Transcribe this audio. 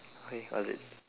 okay got it